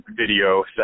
video